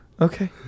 Okay